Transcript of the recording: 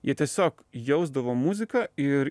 jie tiesiog jausdavo muziką ir